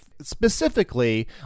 specifically